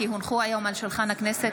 כי הונחו היום על שולחן הכנסת,